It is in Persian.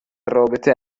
رابطه